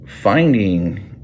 finding